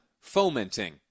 fomenting